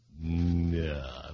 No